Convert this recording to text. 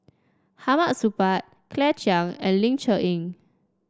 Hamid Supaat Claire Chiang and Ling Cher Eng